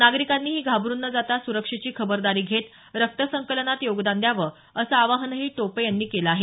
नागरिकांनीही घाबरुन न जाता सुरक्षेची खबरदारी घेत रक्तसंकलनात योगदान द्यावं असंही आवाहन टोपे यांनी केलं आहे